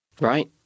right